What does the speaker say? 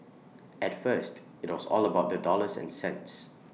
at first IT was all about the dollars and cents